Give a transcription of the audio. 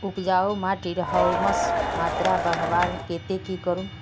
उपजाऊ माटिर ह्यूमस मात्रा बढ़वार केते की करूम?